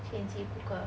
typical